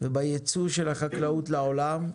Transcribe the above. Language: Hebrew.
ובייצוא של החקלאות לעולם.